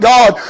God